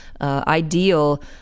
Ideal